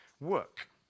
work